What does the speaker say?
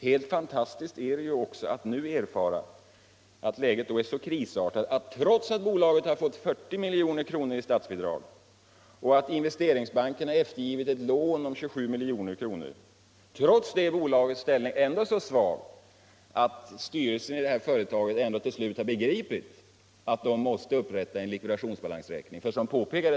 Helt fantastiskt är det ju också att nu erfara att läget är så krisartat att trots att bolaget fått 40 milj.kr. i statsbidrag och Investeringsbanken eftergivit ett lån om 27 milj.kr. är bolagets ställning så svag att styrelsen till slut har begripit att likvidationsbalansräkningen måste upprättas.